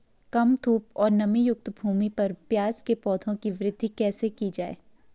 कम धूप और नमीयुक्त भूमि पर प्याज़ के पौधों की वृद्धि कैसे की जाए?